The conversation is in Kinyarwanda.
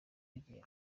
igihembo